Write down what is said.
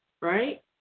right